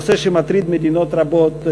זה נושא שמטריד מדינות רבות,